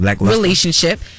relationship